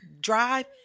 drive